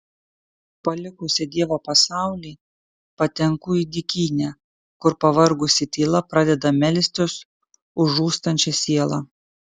palikusi dievo pasaulį patenku į dykynę kur pavargusi tyla pradeda melstis už žūstančią sielą